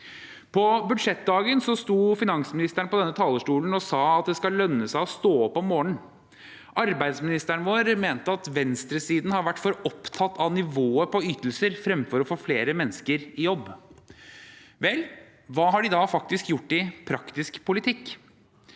På budsjettdagen sto finansministeren på denne talerstolen og sa at det skal lønne seg å stå opp om morgenen. Arbeidsministeren vår mente at venstresiden har vært for opptatt av nivået på ytelser fremfor å få flere mennesker i jobb. Vel, hva har de faktisk gjort i praktisk politikk?